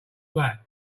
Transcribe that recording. that